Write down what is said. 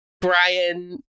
Brian